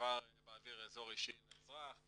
כבר באוויר אזור אישי לאזרח,